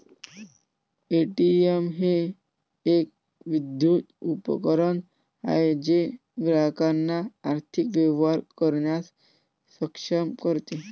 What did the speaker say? ATM हे एक विद्युत उपकरण आहे जे ग्राहकांना आर्थिक व्यवहार करण्यास सक्षम करते